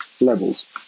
levels